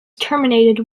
terminated